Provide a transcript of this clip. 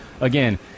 again